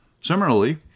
Similarly